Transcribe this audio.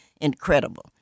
incredible